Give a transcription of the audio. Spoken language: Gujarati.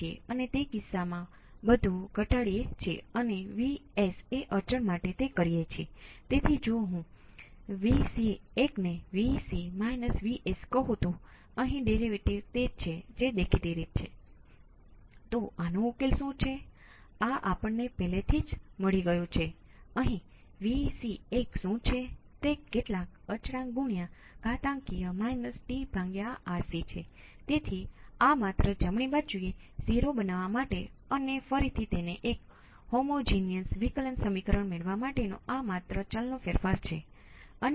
સર્કિટમાં કોઈપણ વોલ્ટેજ અથવા કોઈપણ વિદ્યુત પ્રવાહનો રિસ્પોન્સ તે કેપેસિટર વોલ્ટેજ હોઈ શકે છે તે અન્ય કંઈપણ હોઈ શકે છે તે આ સ્વરૂપનું હશે હું તેને ફાઇનલ વોલ્ટેજ પ્રારંભિક V x માટે લખીશ જે 0 તરીકે લેવો જોઈએ કારણ કે તે 0 અને 0 વચ્ચે હોઈ શકે છે તે કૂદીને V x ફાઇનલ થઈ શકે છે ખરેખર ફાઇનલ એટલે અનંત